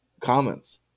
comments